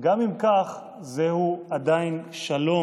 גם אם כך, זה הוא עדיין שלום.